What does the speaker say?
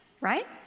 right